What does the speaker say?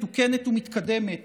מתוקנת ומתקדמת